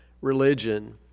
religion